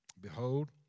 Behold